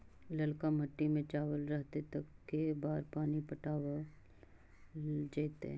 ललका मिट्टी में चावल रहतै त के बार पानी पटावल जेतै?